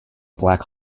black